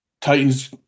Titan's